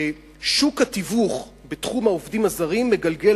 ששוק התיווך בתחום העובדים הזרים מגלגל